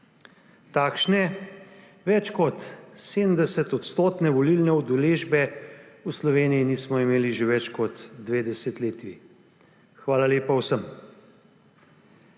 Takšne, več kot 70-odstotne volilne udeležbe v Sloveniji nismo imeli že več kot dve desetletji – hvala lepa vsem.